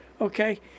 Okay